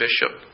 bishop